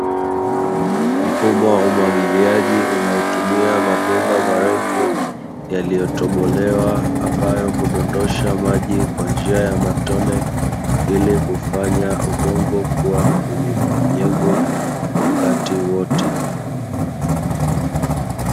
Mfumo wa umwagiliaji unaotumia mabomba marefu yaliyotobolewa ambayo hudondosha maji kwa njia ya matone, ili kufanya udongo uwe na unyevunyevu wakati wote.